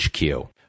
HQ